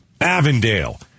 Avondale